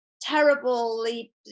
terribly